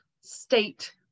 state